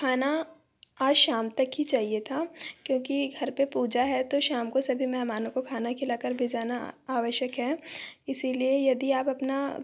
खाना आज शाम तक ही चाहिए था क्योंकि घर पे पूजा है तो शाम को सभी मेहमानों को खाना खिला कर भिजाना आवश्यक है इसीलिए यदि आप अपना